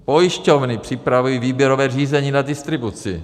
Pojišťovny připravují výběrové řízení na distribuci.